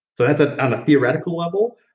so that's ah on a theoretical level,